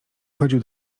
chodził